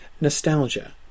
Nostalgia